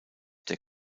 der